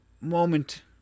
moment